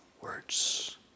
words